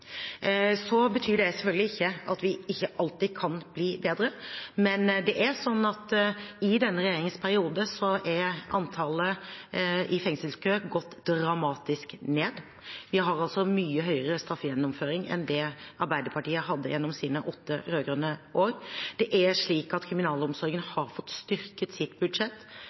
betyr selvfølgelig ikke at vi ikke alltid kan bli bedre, men i denne regjeringens periode har antallet i fengselskø gått dramatisk ned. Vi har mye høyere straffegjennomføring enn det Arbeiderpartiet hadde gjennom sine åtte rød-grønne år. Kriminalomsorgen har fått styrket sitt budsjett